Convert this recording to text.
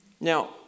Now